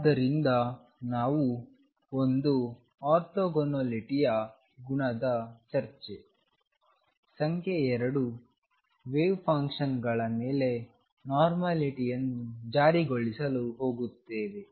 ಆದ್ದರಿಂದ ನಾವು ಒಂದು ಆರ್ಥೋಗೊನಾಲಿಟಿಯ ಗುಣದ ಚರ್ಚೆ ಸಂಖ್ಯೆ 2 ವೇವ್ ಫಂಕ್ಷನ್ಗಳ ಮೇಲೆ ನೋರ್ಮಲಿಟಿಯನ್ನು ಜಾರಿಗೊಳಿಸಲು ಹೋಗುತ್ತೇವೆ